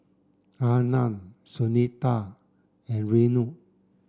Anand Sunita and Renu